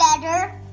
better